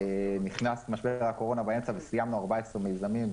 נכנס משבר הקורונה באמצע וסיימנו 14 מיזמים,